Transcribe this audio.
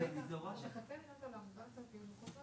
והוא אמור לשנות את כל הטבעות.